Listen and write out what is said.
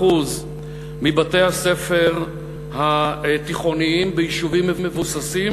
מבתי-הספר התיכוניים ביישובים מבוססים,